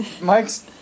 Mike's